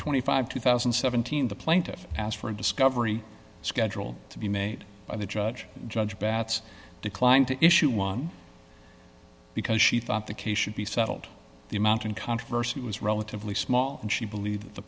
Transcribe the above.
twenty five two thousand and seventeen the plaintiff asked for a discovery schedule to be made by the judge judge batts declined to issue one because she thought the case should be settled the amount in controversy was relatively small and she believed that the